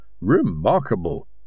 Remarkable